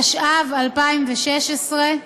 התשע"ו 2016,